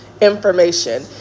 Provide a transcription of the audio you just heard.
information